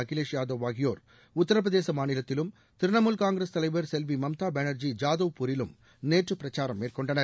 அகிலேஷ் ஆகியோர் உத்திரப்பிரதேச மாநிலத்திலும் திரிணமுல் காங்கிரஸ் தலைவர் செல்வி மம்தா பேனர்ஜி ஜாதவ்பூரிலும் நேற்று பிரச்சாரம் மேற்கொண்டனர்